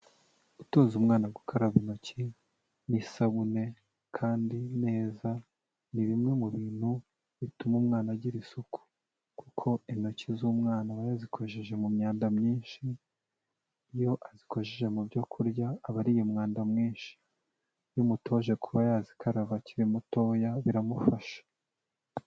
Gutoza umwana gukaraba intoki n'isabune, kandi neza, ni bimwe mu bintu bituma umwana agira isuku. Kuko intoki z'umwana aba yazikojeje mu myanda myinshi, iyo azikojeje mu byo kurya, aba ariye mwanda mwinshi. Iyo umutoje kuba yazikaraba akiri mutoya, biramufasha.